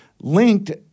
linked